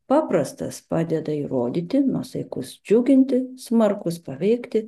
paprastas padeda įrodyti nuosaikus džiuginti smarkus paveikti